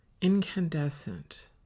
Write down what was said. incandescent